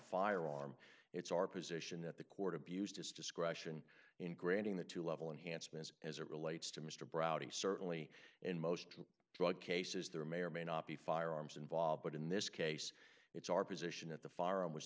firearm it's our position that the court abused its discretion in granting the two level enhanced ms as it relates to mr brough to certainly in most drug cases there may or may not be firearms involved but in this case it's our position at the firearm was